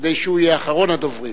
כדי שהוא יהיה אחרון הדוברים.